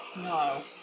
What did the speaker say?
No